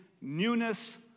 newness